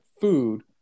food